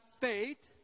faith